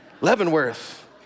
Leavenworth